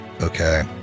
okay